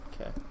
okay